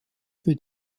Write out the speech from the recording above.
für